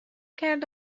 کرد